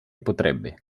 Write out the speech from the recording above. potrebbe